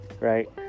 right